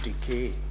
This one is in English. decay